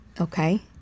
Okay